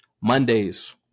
Mondays